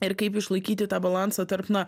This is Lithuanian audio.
ir kaip išlaikyti tą balansą tarp na